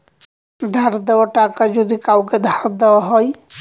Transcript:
ধার দেওয়া টাকা যদি কাওকে ধার দেওয়া হয়